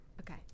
Okay